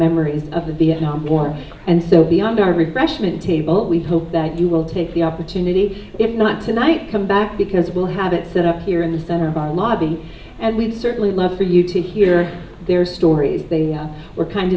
memories of the vietnam war and so beyond our repression and table we hope that you will take the opportunity if not tonight come back because we'll have it set up here in the center of our lobby and we certainly love for you to hear their stories they were kind